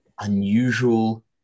unusual